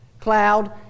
cloud